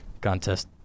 contest